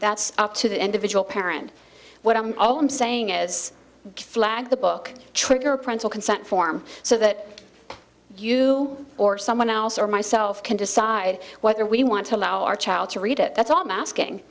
that's up to the end of it all parent what i'm all i'm saying as flag the book trigger prints a consent form so that you or someone else or myself can decide whether we want to allow our child to read it that's all i'm asking